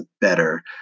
better